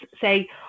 say